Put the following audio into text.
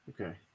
Okay